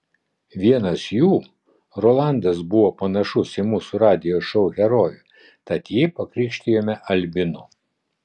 vienas jų rolandas buvo panašus į mūsų radijo šou herojų tad jį pakrikštijome albinu